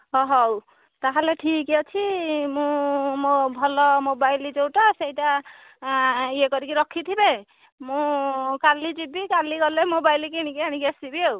ହଁ ହେଉ ତା'ହେଲେ ଠିକ ଅଛି ମୁଁ ମୋ ଭଲ ମୋବାଇଲ ଯେଉଁଟା ସେହିଟା ଇଏ କରିକି ରଖିଥିବେ ମୁଁ କାଲି ଯିବି କାଲି ଗଲେ ମୋବାଇଲ କିଣିକି ଆଣିକି ଆସିବି ଆଉ